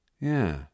Yeah